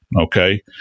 okay